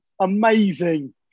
Amazing